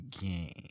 game